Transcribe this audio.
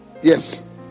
yes